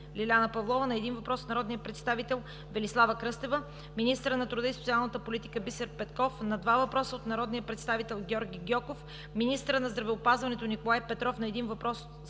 Лиляна Павлова – на един въпрос от народния представител Велислава Кръстева; - министърът на труда и социалната политика Бисер Петков – на два въпроса от народния представител Георги Гьоков; - министърът на здравеопазването Николай Петров – на един въпрос